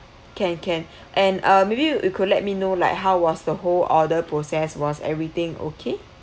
can can and uh maybe you could let me know like how was the whole order process was everything okay